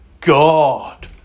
God